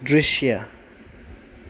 दृश्य